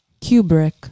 Kubrick